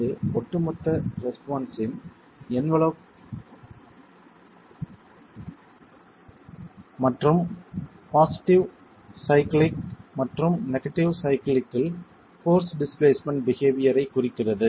இது ஒட்டுமொத்த ரெஸ்பான்ஸின் என்வலப் மற்றும் பாசிட்டிவ் சைக்ளிக் மற்றும் நெகடிவ் சைக்ளிக் இல் போர்ஸ் டிஸ்பிளேஸ்மென்ட் பிஹேவியர் ஐக் குறிக்கிறது